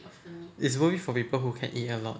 it's worth it for people who can eat a lot